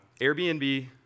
Airbnb